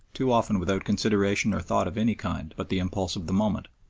too often without consideration or thought of any kind but the impulse of the moment.